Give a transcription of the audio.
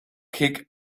kick